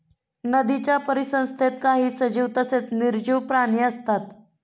नदीच्या परिसंस्थेत काही सजीव तसेच निर्जीव प्राणी असतात